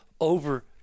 over